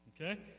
okay